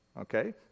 Okay